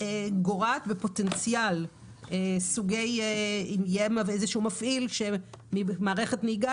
גורעת בפוטנציאל אם יהיה איזשהו מפעיל של מערכת נהיגה,